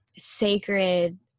sacred